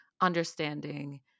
understanding